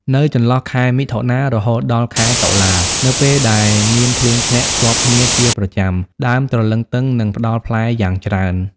នៅចន្លោះខែ មិថុនា រហូតដល់ខែតុលា នៅពេលដែលមានភ្លៀងធ្លាក់ជាប់គ្នាជាប្រចាំ ដើមទ្រលឹងទឹងនឹងផ្ដល់ផ្លែយ៉ាងច្រើន។